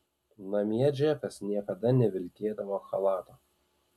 namie džekas niekada nevilkėdavo chalato